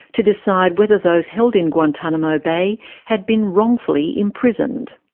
to decide whether those held in guantanamo bay had been wrongfully imprisoned.